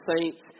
saints